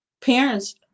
parents